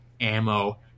ammo